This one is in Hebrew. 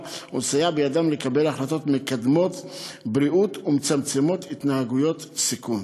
ולסייע להם לקבל החלטות מקדמות בריאות ומצמצמות התנהגויות סיכון.